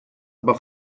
aber